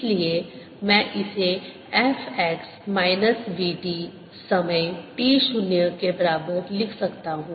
इसलिए मैं इसे f x minus v t समय t शून्य के बराबर लिख सकता हूं